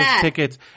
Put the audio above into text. tickets